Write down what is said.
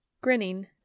Grinning